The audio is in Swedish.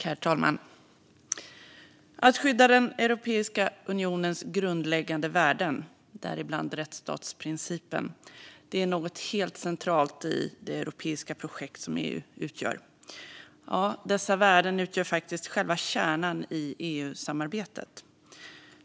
Herr talman! Att skydda Europeiska unionens grundläggande värden, däribland rättsstatsprincipen, är något helt centralt i det europeiska projekt som EU utgör. Ja, dessa värden utgör faktiskt själva kärnan i EU-samarbetet.